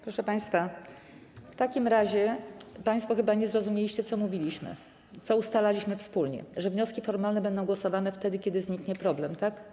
Proszę państwa, w takim razie państwo chyba nie zrozumieliście, co mówiliśmy, co ustalaliśmy wspólnie, że wnioski formalne będą głosowane wtedy, kiedy zniknie problem, tak?